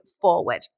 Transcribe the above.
forward